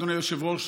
אדוני היושב-ראש.